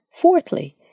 Fourthly